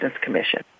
Commission